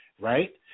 right